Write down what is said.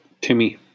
Timmy